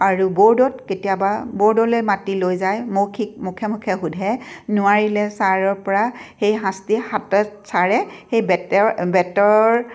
আৰু বৰ্ডত কেতিয়াবা বৰ্ডলৈ মাতি লৈ যায় মৌখিক মুখে মুখে সুধে নোৱাৰিলে ছাৰৰ পৰা সেই শাস্তি হাতত ছাৰে সেই বেতৰ বেতৰ